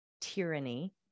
tyranny